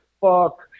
Fuck